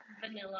Vanilla